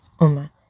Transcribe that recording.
Oma